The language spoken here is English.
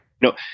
No